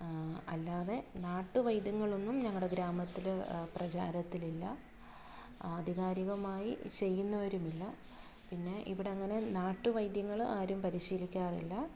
അല്ലാതെ നാട്ട് വൈദ്യങ്ങളൊന്നും ഞങ്ങളുടെ ഗ്രാമത്തിൽ പ്രചാരത്തിലില്ല ആധികാരികമായി ചെയ്യുന്നവരുമില്ല പിന്നെ ഇവിടങ്ങനെ നാട്ട് വൈദ്യങ്ങൾ ആരും പരിശീലിക്കാറില്ല